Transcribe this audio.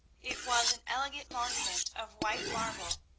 it was an elegant monument of white marble,